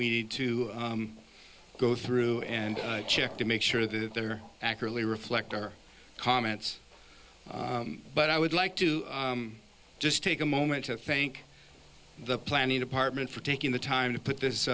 we need to go through and check to make sure that they're accurately reflect our comments but i would like to just take a moment to thank the planning department for taking the time to put this